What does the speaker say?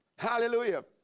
Hallelujah